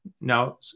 now